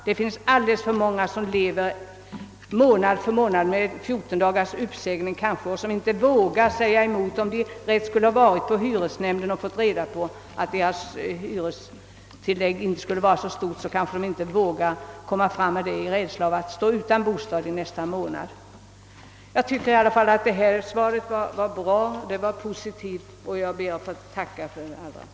Det finns alldeles för många som månad efter månad lever utan hyreskon trakt med endast fjorton dagars uppsägning och som kanske inte vågar säga emot, även om de varit hos hyresnämnden och fått reda på att deras hyrestillägg inte skulle ha varit så stort. De gör ingenting av rädsla för att nästa månad stå utan bostad. Jag tycker att svaret var positivt och bra och ber att få tacka för det.